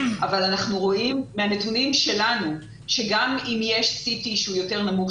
אבל אנחנו רואים מהנתונים שלנו שגם אם יש PT שהוא יותר נמוך,